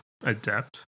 adept